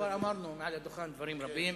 כבר אמרנו מעל הדוכן דברים רבים.